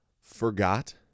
forgot